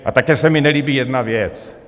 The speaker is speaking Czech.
A také se mi nelíbí jedna věc.